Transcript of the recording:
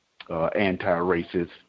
anti-racist